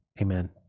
amen